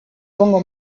pongo